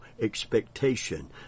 expectation